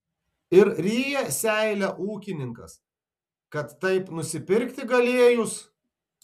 ir ryja seilę ūkininkas kad taip nusipirkti galėjus